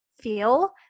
feel